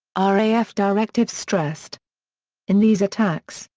ah raf directives stressed in these attacks,